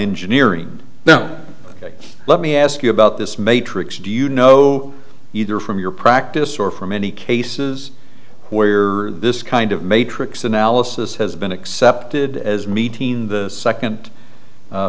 engineering now ok let me ask you about this matrix do you know either from your practice or from any cases where you're this kind of matrix analysis has been accepted as meeting the second